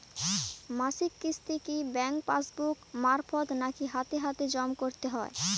মাসিক কিস্তি কি ব্যাংক পাসবুক মারফত নাকি হাতে হাতেজম করতে হয়?